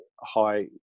high